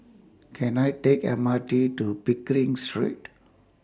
Can I Take M R T to Pickering Street